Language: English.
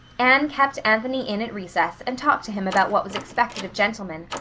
anne kept anthony in at recess and talked to him about what was expected of gentlemen,